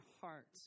heart